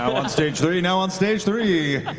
on stage three, now on stage three.